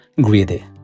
greedy